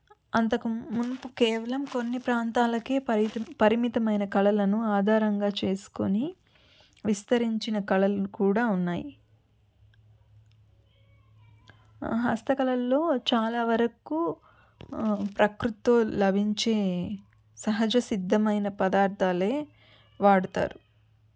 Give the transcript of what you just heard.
అంతకు ముందు కేవలం కొన్ని ప్రాంతాలకే పరితం పరిమితమైన కళలను ఆధారంగా చేసుకొని విస్తరించిన కళలు కూడా ఉన్నాయి హస్తకళల్లో చాలావరకు ప్రకృతితో లభించే సహజ సిద్ధమైన పదార్థాలే వాడతారు